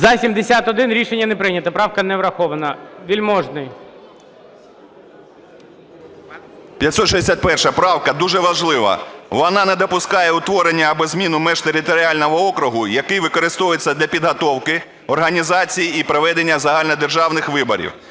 За-71 Рішення не прийнято. Правка не врахована. Вельможний. 14:29:24 ВЕЛЬМОЖНИЙ С.А. 561 правка дуже важлива. Вона не допускає утворення або зміну меж територіального округу, який використовується для підготовки, організації і проведення загальнодержавних виборів